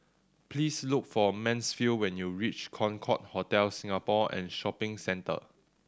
please look for Mansfield when you reach Concorde Hotel Singapore and Shopping Centre